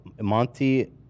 Monty